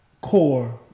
core